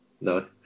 No